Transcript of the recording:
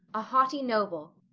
a haughty noble.